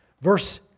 verse